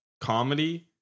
comedy